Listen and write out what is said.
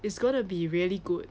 it's going be really good